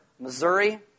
Missouri